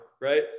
right